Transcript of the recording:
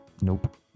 nope